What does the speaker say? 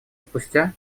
спустя